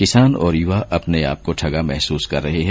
किसान और यूवा अपने आप को ठगा महसूस कर रहे हैं